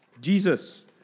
Jesus